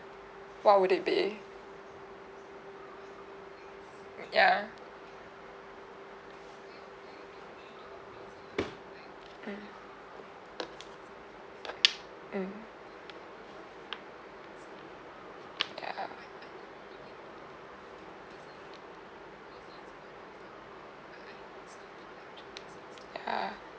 what would it be ya mm mm ya ya